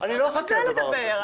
אני לא אחכה לדבר הזה.